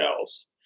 else